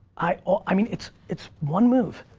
i ah i mean, it's it's one move.